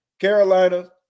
Carolina